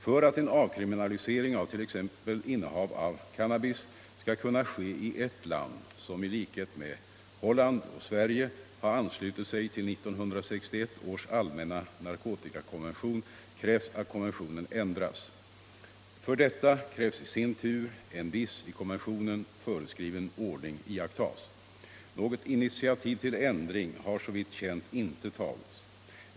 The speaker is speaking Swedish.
För att en avkriminalisering av t.ex. innehav av cannabis skall kunna ske i ett land som i likhet med Holland och Sverige har anslutit sig till 1961 års allmänna narkotikakonvention krävs att konventionen ändras. För detta krävs i sin tur att en viss i konventionen föreskriven ordning iakttas. Något initiativ till ändring har såvitt känt inte tagits.